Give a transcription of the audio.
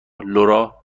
لورا